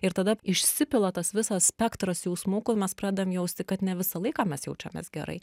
ir tada išsipila tas visas spektras jausmų kol mes pradedam jausti kad ne visą laiką mes jaučiamės gerai